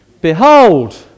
behold